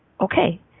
Okay